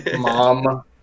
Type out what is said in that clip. mom